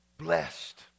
Blessed